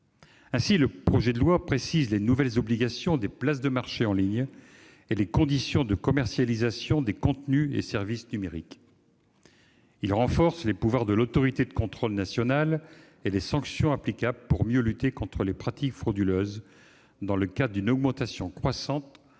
Ainsi, le projet de loi précise les nouvelles obligations des places de marché en ligne et les conditions de commercialisation des contenus et services numériques. Il renforce les pouvoirs de l'autorité de contrôle nationale et les sanctions applicables pour mieux lutter contre les pratiques frauduleuses, dans le contexte d'une augmentation croissante